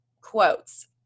quotes